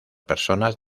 personas